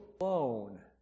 alone